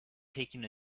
taking